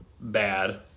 bad